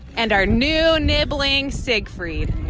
and our new nibling, siegfried.